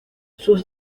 sus